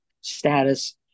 status